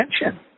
attention